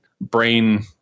brain